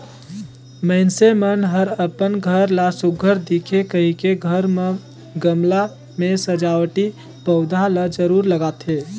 मइनसे मन हर अपन घर ला सुग्घर दिखे कहिके घर म गमला में सजावटी पउधा ल जरूर लगाथे